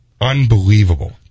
Unbelievable